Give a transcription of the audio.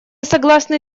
согласны